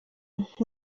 nka